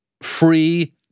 free